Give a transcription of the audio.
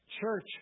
Church